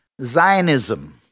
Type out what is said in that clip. Zionism